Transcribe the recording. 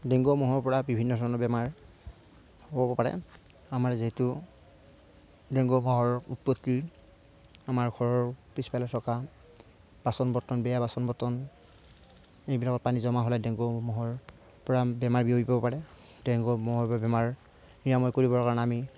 dengue মহৰপৰা বিভিন্ন ধৰণৰ বেমাৰ হ'ব পাৰে আমাৰ যিহেতু ডেংগু মহৰ উৎপত্তি আমাৰ ঘৰৰ পিছফালে চকা বাচন বৰ্তন বেয়া বাচন বৰ্তন এইবিলাকত পানী জমা হ'লে ডেংগু মহৰপৰা বেমাৰ বিয়পিব পাৰে ডেংগু মহৰপৰা বেমাৰ নিৰাময় কৰিবৰ কাৰণে আমি